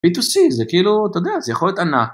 p2c זה כאילו אתה יודע זה יכול להיות ענק